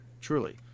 Truly